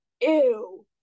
ew